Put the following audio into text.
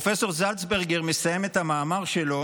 פרופ' זלצברגר מסיים את המאמר שלו